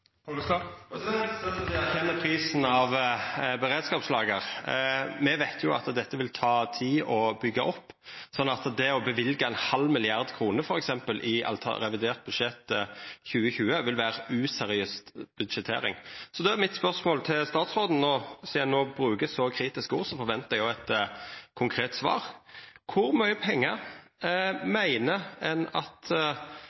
prisen av beredskapslager. Me veit jo at dette vil ta tid å byggja opp, slik at det å løyva ein halv milliard kroner f.eks. i revidert budsjett for 2020 ville vera useriøs budsjettering. Då er mitt spørsmål til statsråden, og sidan ho no bruker så kritiske ord, forventar eg eit konkret svar: